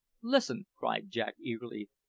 listen! cried jack eagerly.